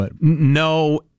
No